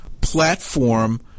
platform